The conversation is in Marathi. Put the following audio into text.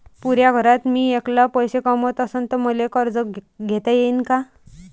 पुऱ्या घरात मी ऐकला पैसे कमवत असन तर मले कर्ज घेता येईन का?